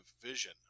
vision